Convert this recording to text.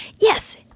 Yes